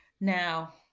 Now